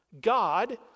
God